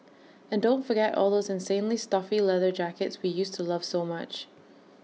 and don't forget all those insanely stuffy leather jackets we used to love so much